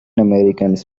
americans